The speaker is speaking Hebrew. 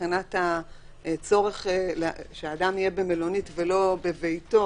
מבחינת הצורך שאדם יהיה במלונית ולא בביתו,